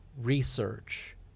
research